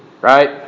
Right